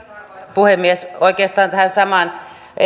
puhemies oikeastaan tähän samaan